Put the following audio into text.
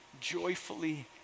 joyfully